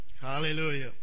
Hallelujah